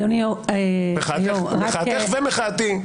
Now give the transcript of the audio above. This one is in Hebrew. מחאתך ומחאתי,